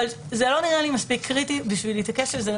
אבל זה לא נראה לי קריטי מספיק בשביל להתעקש על זה,